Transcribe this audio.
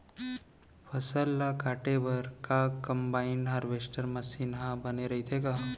फसल ल काटे बर का कंबाइन हारवेस्टर मशीन ह बने रइथे का?